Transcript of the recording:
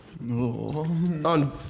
On